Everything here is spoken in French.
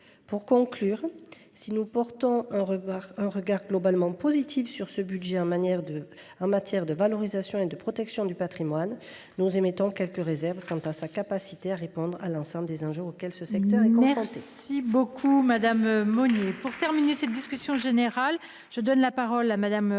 En résumé, si nous portons un regard globalement positif sur ce budget en matière de valorisation et de protection du patrimoine, nous émettons quelques réserves quant à sa capacité à répondre à l’ensemble des enjeux auxquels le secteur est confronté.